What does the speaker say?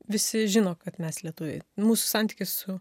visi žino kad mes lietuviai mūsų santykis su